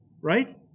Right